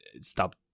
stop